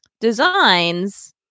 designs